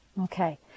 Okay